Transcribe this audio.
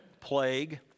plague